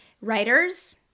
writers